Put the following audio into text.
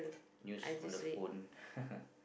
news on the phone